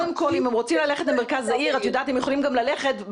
אני יכול רק דבר קטן?